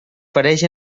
fereix